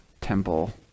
temple